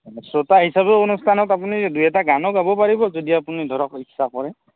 শ্ৰোতা হিচাপেও অনুষ্ঠানত আপুনি দুই এটা গানো গাব পাৰিব যদি আপুনি ধৰক ইচ্ছা কৰে